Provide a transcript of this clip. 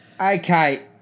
Okay